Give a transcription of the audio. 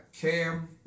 Cam